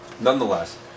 Nonetheless